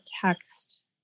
text